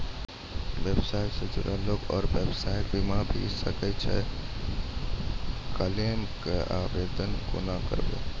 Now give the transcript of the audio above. व्यवसाय सॅ जुड़ल लोक आर व्यवसायक बीमा भऽ सकैत छै? क्लेमक आवेदन कुना करवै?